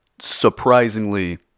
surprisingly